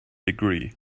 degree